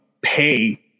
pay